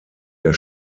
der